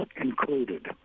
included